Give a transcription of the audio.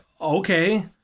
okay